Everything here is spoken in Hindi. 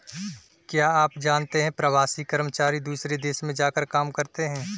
क्या आप जानते है प्रवासी कर्मचारी दूसरे देश में जाकर काम करते है?